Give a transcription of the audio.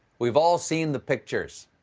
we've all seen the pictures.